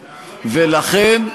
החרדי.